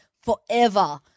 forever